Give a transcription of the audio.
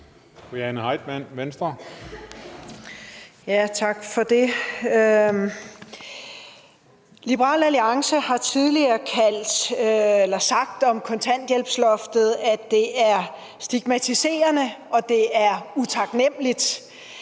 (V): Tak for det. Liberal Alliance har tidligere sagt om kontanthjælpsloftet, at det er stigmatiserende og utaknemmeligt.